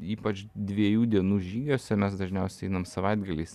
ypač dviejų dienų žygiuose mes dažniausiai einam savaitgaliais